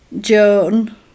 joan